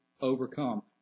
overcome